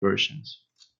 persians